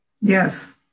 Yes